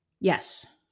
Yes